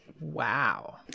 Wow